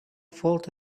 fault